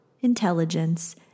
intelligence